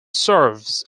serves